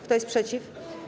Kto jest przeciw?